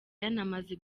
yanamaze